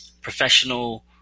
professional